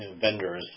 vendors